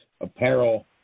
Apparel